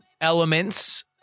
elements